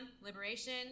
liberation